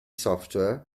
software